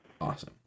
Awesome